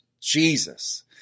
Jesus